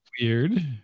weird